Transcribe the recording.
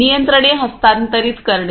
नियंत्रणे हस्तांतरित करणे